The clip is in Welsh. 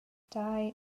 dau